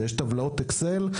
יש טבלאות אקסל,